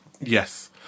yes